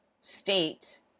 state